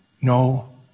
No